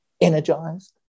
energized